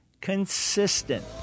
consistent